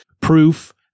proof